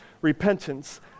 repentance